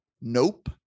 nope